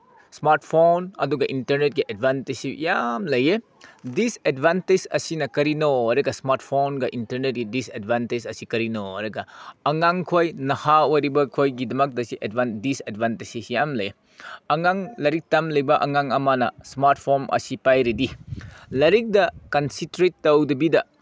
smart phone ꯑꯗꯨꯒ ꯏꯟꯇꯔꯅꯦꯠꯀꯤ ꯑꯦꯠꯚꯥꯟꯇꯦꯖꯁꯨ ꯌꯥꯝ ꯂꯩꯌꯦ ꯗꯤꯁꯑꯦꯠꯚꯥꯟꯇꯦꯖ ꯑꯁꯤꯅ ꯀꯔꯤꯅꯣ ꯍꯥꯏꯔꯒ ꯏꯁꯃꯥꯔꯠ ꯐꯣꯟꯒ ꯏꯟꯇꯔꯅꯦꯠꯒꯤ ꯗꯤꯁꯑꯦꯠꯚꯥꯟꯇꯦꯖ ꯑꯁꯤ ꯀꯔꯤꯅꯣ ꯍꯥꯏꯔꯒ ꯑꯉꯥꯡꯈꯣꯏ ꯅꯍꯥ ꯑꯣꯏꯔꯤꯕꯈꯣꯏꯒꯤꯗꯃꯛꯇ ꯁꯤ ꯗꯤꯁꯑꯦꯠꯚꯥꯟꯇꯦꯖ ꯁꯤ ꯌꯥꯝ ꯂꯩꯌꯦ ꯑꯉꯥꯡ ꯂꯥꯏꯔꯤꯛ ꯇꯝꯂꯤꯕ ꯑꯉꯥꯡ ꯑꯃꯅ ꯏꯁꯃꯥꯔꯠ ꯐꯣꯟ ꯑꯁꯤ ꯄꯥꯏꯔꯗꯤ ꯂꯥꯏꯔꯤꯛꯇ ꯀꯟꯁꯟꯇ꯭ꯔꯦꯠ ꯇꯧꯗꯕꯤꯗ